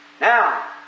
Now